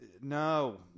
No